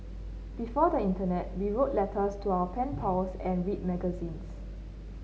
before the internet we wrote letters to our pen pals and read magazines